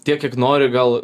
tiek kiek nori gal